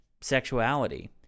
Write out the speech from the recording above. sexuality